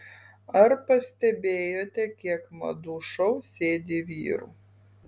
ar pastebėjote kiek madų šou sėdi vyrų